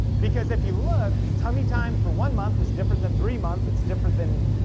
because if you look, tummy time for one month is different than three month, it's different than,